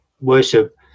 worship